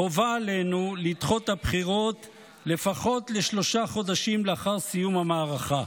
חובה עלינו לדחות את הבחירות לפחות לשלושה חודשים לאחר סיום המערכה.